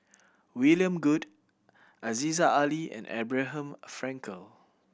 William Goode Aziza Ali and Abraham Frankel